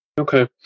Okay